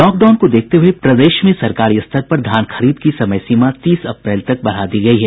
lockdown को देखते हुये प्रदेश में सरकारी स्तर पर धान खरीद की समयसीमा तीस अप्रैल तक बढ़ा दी गयी है